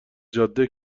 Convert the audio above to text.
جاده